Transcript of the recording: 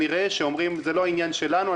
שאמרו: זה לא עניין שלנו,